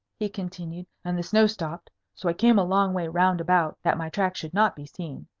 he continued, and the snow stopped. so i came a long way round-about, that my tracks should not be seen.